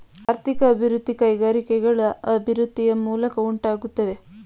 ಆರ್ಥಿಕ ಅಭಿವೃದ್ಧಿ ಕೈಗಾರಿಕೆಗಳ ಅಭಿವೃದ್ಧಿಯ ಮೂಲಕ ಉಂಟಾಗುತ್ತದೆ